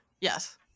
yes